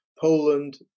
poland